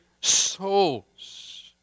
souls